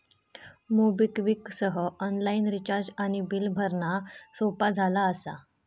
MobiKwik सह online recharge आणि bill भरणा सोपा झाला असा